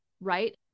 right